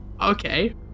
Okay